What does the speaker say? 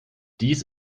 dies